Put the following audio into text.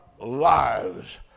lives